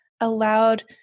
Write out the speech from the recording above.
allowed